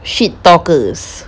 shit talkers